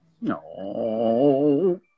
No